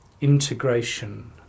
integration